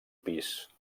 pis